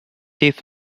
teeth